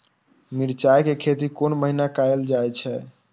मिरचाय के खेती कोन महीना कायल जाय छै?